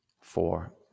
four